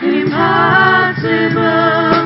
impossible